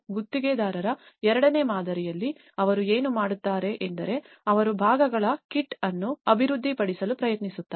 ಗುತ್ತಿಗೆದಾರರ ಎರಡನೇ ಮಾದರಿಯಲ್ಲಿ ಅವರು ಏನು ಮಾಡುತ್ತಾರೆ ಎಂದರೆ ಅವರು ಭಾಗಗಳ ಕಿಟ್ ಅನ್ನು ಅಭಿವೃದ್ಧಿಪಡಿಸಲು ಪ್ರಯತ್ನಿಸುತ್ತಾರೆ